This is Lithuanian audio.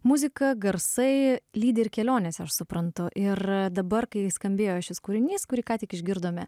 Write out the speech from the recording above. muzika garsai lydi ir kelionėse aš suprantu ir dabar kai skambėjo šis kūrinys kurį ką tik išgirdome